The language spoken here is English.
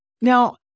Now